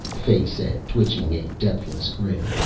fay said, twitching a depthless grin,